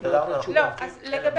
הסתדרנו, אנחנו יודעים.